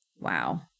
Wow